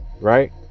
right